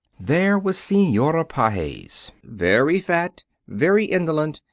there was senora pages, very fat, very indolent,